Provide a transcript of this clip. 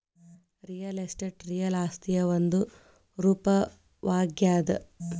real estate real ಆಸ್ತಿಯ ಒಂದು ರೂಪವಾಗ್ಯಾದ